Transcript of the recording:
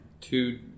two